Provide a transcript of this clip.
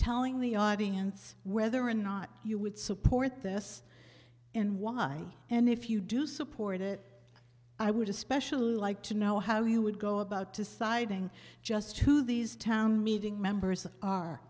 telling the audience whether or not you would support this and why and if you do support it i would especially like to know how you would go about deciding just who these town meeting members are